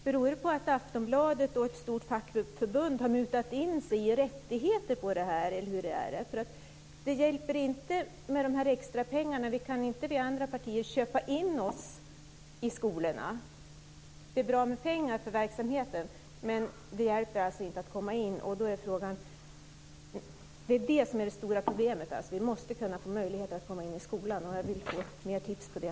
Beror det på att Aftonbladet och ett stort fackförbund har mutat in sig i rättigheter på detta? Det hjälper inte med extrapengarna. Vi andra partier kan inte köpa in oss i skolorna. Det är bra med pengar för verksamheten, men det hjälper oss alltså inte att komma in. Det är det som är det stora problemet. Vi måste få möjlighet att komma in i skolan. Jag vill få fler tips om det.